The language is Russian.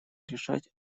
решать